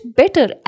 better